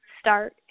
start